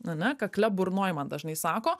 ane kakle burnoj man dažnai sako